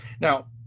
now